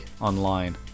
online